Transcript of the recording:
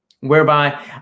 Whereby